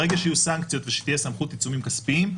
ברגע שיהיו סנקציות ושתהיה סמכות עיצומים כספיים,